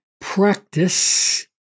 practice